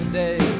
day